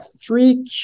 three